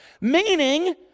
Meaning